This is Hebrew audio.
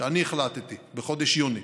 שאני החלטתי בחודש יוני